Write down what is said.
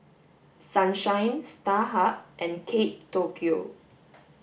Sunshine Starhub and Kate Tokyo